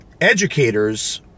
educators